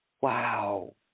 wow